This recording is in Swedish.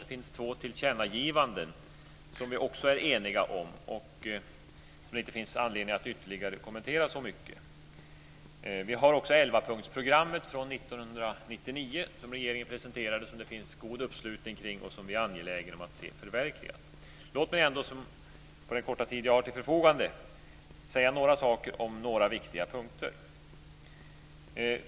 Det finns två tillkännagivanden som vi också är eniga om och som det inte finns anledning att kommentera ytterligare. Vi har också 11-punktsprogrammet från 1999 som regeringen presenterade. Det finns god uppslutning kring det, och vi är angelägna att se det förverkligat. Låt mig ändå på den korta tid jag har till förfogande säga något om några viktiga punkter.